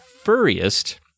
furriest